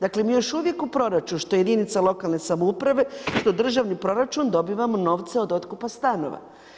Dakle, mi još uvijek u proračun što jedinica lokalne samouprave, što državni proračun dobivamo novce od otkupa stanova.